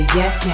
yes